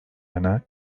yana